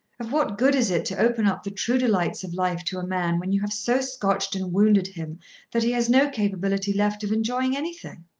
of what good is it to open up the true delights of life to a man when you have so scotched and wounded him that he has no capability left of enjoying anything?